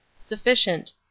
Sufficient